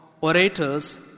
orators